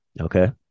Okay